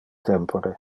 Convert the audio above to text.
tempore